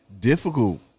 difficult